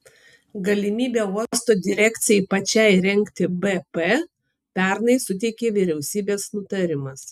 galimybę uosto direkcijai pačiai rengti bp pernai suteikė vyriausybės nutarimas